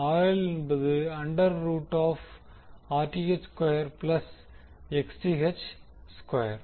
RL என்பது under root of Rth square plus Xth square